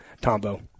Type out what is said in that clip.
Tombo